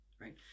right